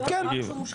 אני לא כל כך חושבת,